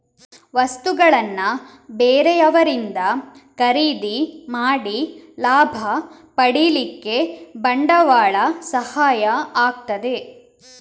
ವಸ್ತುಗಳನ್ನ ಬೇರೆಯವರಿಂದ ಖರೀದಿ ಮಾಡಿ ಲಾಭ ಪಡೀಲಿಕ್ಕೆ ಬಂಡವಾಳ ಸಹಾಯ ಆಗ್ತದೆ